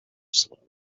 slowly